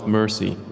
mercy